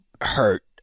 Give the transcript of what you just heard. hurt